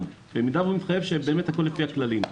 ובמידה והוא מתחייב שהכול לפי הכללים.